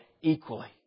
equally